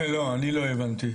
אני לא הבנתי.